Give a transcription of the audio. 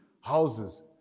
houses